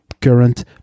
current